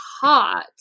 hot